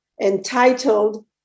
entitled